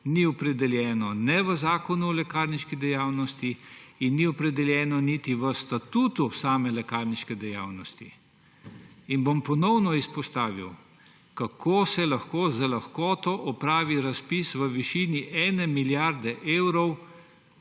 opredeljeno ni v Zakonu o lekarniški dejavnosti in opredeljeno ni niti v statutu lekarniške dejavnosti. Ponovno bom izpostavil: kako se lahko s takšno lahkoto opravi razpis v višini 1 milijarde evrov?